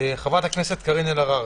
חברת הכנסת קארין אלהרר.